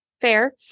fair